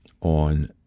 on